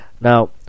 Now